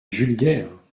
vulgaire